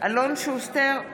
אלון שוסטר,